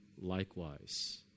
likewise